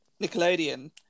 Nickelodeon